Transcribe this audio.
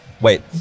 Wait